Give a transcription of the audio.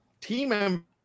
team